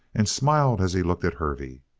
and smiled as he looked at hervey.